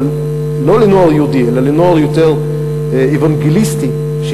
אבל לא לנוער יהודי אלא לנוער אוונגליסטי,